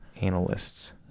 Analysts